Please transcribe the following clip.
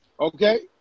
okay